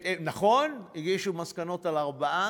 נכון, הגישו מסקנות על 4 מיליארד,